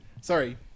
Sorry